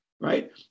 right